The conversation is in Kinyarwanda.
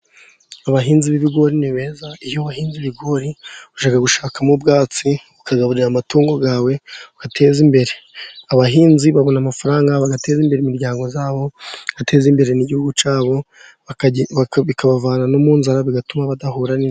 Abahinzi b'ibigori ni beza, iyo wahinze ibigori ujya gushakamo ubwatsi ukagaburira amatungo yawe ukiteza imbere , abahinzi babona amafaranga bagateza imbere imiryango yabo , bateza imbere igihugu cyabo bikabavana mu nzara bigatuma badahura ni...